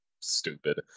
stupid